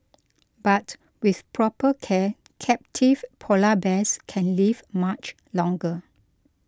but with proper care captive Polar Bears can live much longer